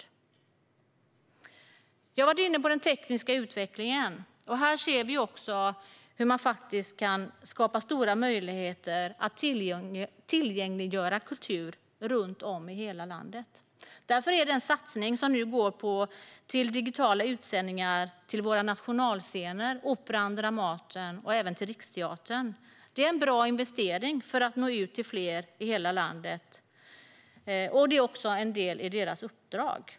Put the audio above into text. Jag har varit inne på den tekniska utvecklingen. Här ser vi hur man faktiskt kan skapa stora möjligheter att tillgängliggöra kultur i hela landet. Därför är satsningen på digitala utsändningar från våra nationalscener Operan och Dramaten och även från Riksteatern en bra investering. Då når de ut till fler i hela landet. Det är också en del i deras uppdrag.